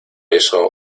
eso